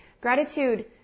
Gratitude